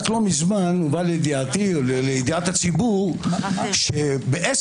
לא מזמן הובא לידיעתי ולידיעת הציבור שבסמ"ס